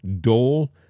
Dole